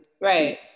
right